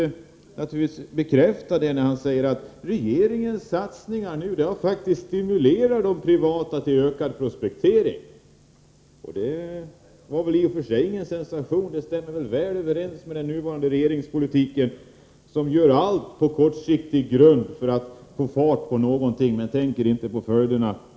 Karl-Erik Häll säger att regeringens satsningar nu faktiskt har stimulerat de privata intressena till ökad prospektering. Det var i och för sig ingen sensation — det stämmer väl överens med den nuvarande regeringspolitiken, som kortsiktigt gör allt för att få fart på det ena och det andra men inte tänker på följderna.